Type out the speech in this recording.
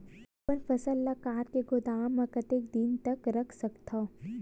अपन फसल ल काट के गोदाम म कतेक दिन तक रख सकथव?